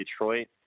Detroit